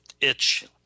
itch